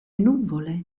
nuvole